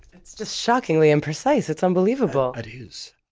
that's just shockingly imprecise. it's unbelievable. it is.